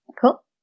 cool